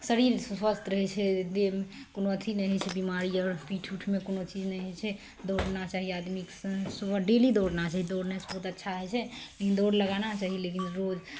शरीर स्वस्थ रहै छै देहमे कोनो अथी नहि होइ छै बेमारी आओर पीठ उठमे कोनो चीज नहि होइ छै दौड़ना चाही आदमीके सुबह डेली दौड़ना चाही दौड़नेसे बहुत अच्छा होइ छै दौड़ लगाना चाही लेकिन रोज